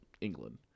England